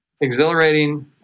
exhilarating